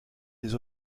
des